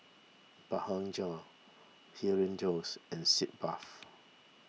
Blephagel Hirudoid and Sitz Bath